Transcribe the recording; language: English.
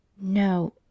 No